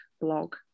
Blog